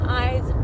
eyes